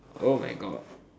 oh my god